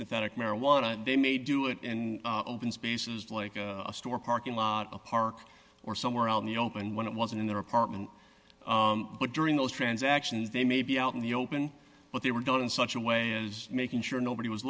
synthetic marijuana they may do it in open spaces like a store parking lot of park or somewhere out in the open when it wasn't in their apartment but during those transactions they may be out in the open but they were done in such a way is making sure nobody was